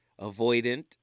Avoidant